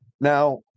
Now